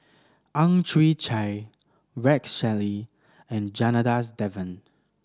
Ang Chwee Chai Rex Shelley and Janadas Devan